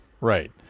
Right